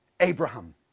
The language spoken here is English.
Abraham